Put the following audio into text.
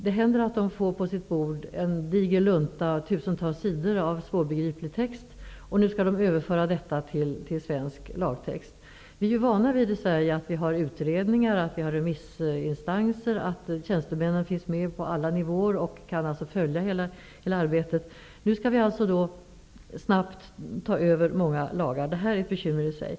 Det händer att de på sitt bord får en diger lunta med tusentals sidor av svårbegriplig text som de skall överföra till svensk lagtext. Vi i Sverige är ju vana vid att ha utredningar, att ha remissinstanser och att tjänstemännen finns med på alla nivåer och kan följa hela arbetet. Nu skall vi alltså snabbt ta över många lagar. Detta är ett bekymmer i sig.